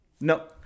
No